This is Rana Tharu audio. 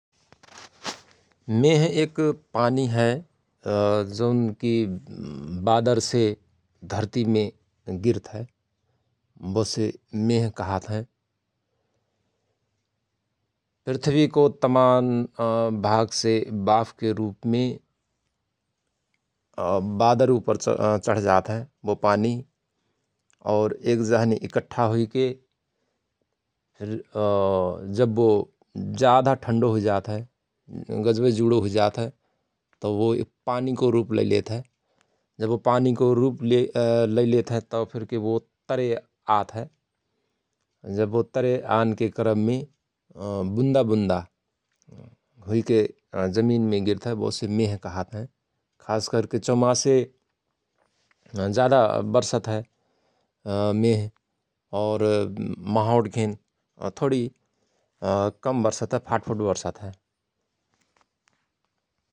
मेह एक पानी हय जौन कि बादरसे धर्तिमे गिर्त हय बोसे मेह कहत हयं । पृथ्वीको तमान भागसे वाफके रुपमे बादर उपर च चढजात हय वो पानी और एक जहनी इकठ्ठा हुइके जव बो जाधा ठण्डो हुइजात हय गजवय जुणो हुइजात हय तओ बो पानीको रुप लैलेत हय जव बो पानीको रुप ले लैलेत हय त फिरके तरे आत हय । जव बो तरे आनके क्रममे बुन्दा बुन्दा हुईके जमिनमे गिर्तहय बो से मेह कहत हयं । खास करके चौमासे जाधा बर्षत हय मेह और महाउट घेन थोणी कम बर्षत हय फाटफुट बर्षत हय ।